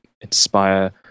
inspire